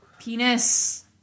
penis